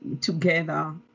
together